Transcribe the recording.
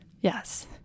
Yes